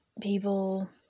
people